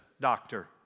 doctor